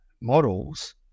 models